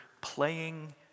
playing